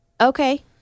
Okay